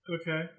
Okay